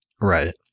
right